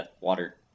water